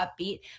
upbeat